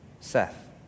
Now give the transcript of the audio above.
Seth